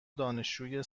دانشجوی